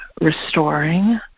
restoring